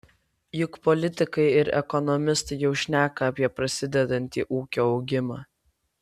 juk politikai ir ekonomistai jau šneka apie prasidedantį ūkio augimą